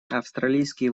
австралийские